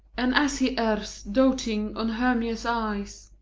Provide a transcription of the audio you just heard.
and as he errs, doting on hermia's eyes,